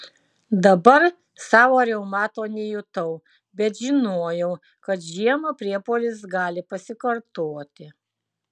dabar savo reumato nejutau bet žinojau kad žiemą priepuolis gali pasikartoti